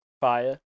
Fire